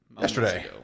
yesterday